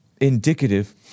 indicative